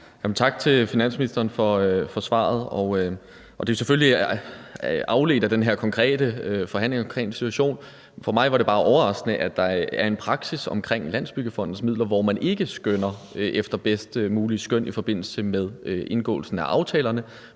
Tak til finansministeren for svaret. Spørgsmålet er selvfølgelig afledt af den konkrete forhandling om denne situation. For mig var det bare overraskende, at der er en praksis i forbindelse med Landsbyggefondens midler, hvor man ikke beregner ud fra det bedst mulige skøn i forbindelse med indgåelsen af aftalerne,